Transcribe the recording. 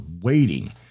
waiting